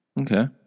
Okay